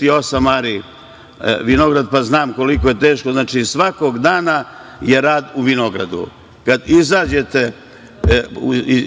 i osam ari vinograda, pa znam koliko je teško. Znači, svakog dana je rad u vinogradu. Kad izađete